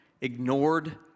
ignored